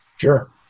Sure